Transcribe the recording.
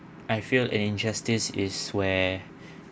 I feel injustice is where